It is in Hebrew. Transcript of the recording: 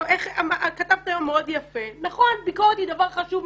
כתבת היום מאוד יפה שביקורת היא דבר משמעותי.